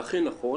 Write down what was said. ואכן נכון,